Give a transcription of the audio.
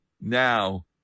now